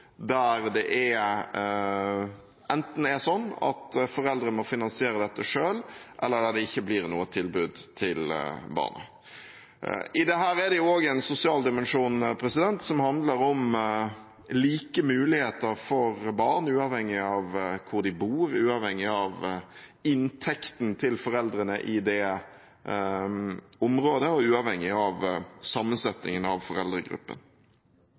der det er sånn at enten må foreldrene finansiere dette selv, eller så blir det ikke noe tilbud til barnet. I dette er det også en sosial dimensjon som handler om like muligheter for barn, uavhengig av hvor de bor, uavhengig av inntekten til foreldrene i det området og uavhengig av sammensetningen av foreldregruppen.